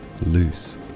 loose